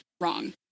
wrong